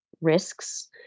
risks